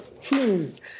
teams